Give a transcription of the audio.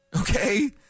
okay